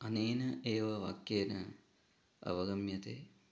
अनेन एव वाक्येन अवगम्यते